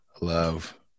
love